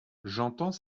j’entends